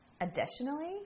additionally